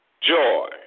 joy